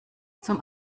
zum